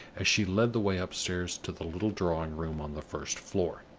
as she led the way upstairs to the little drawing-room on the first floor.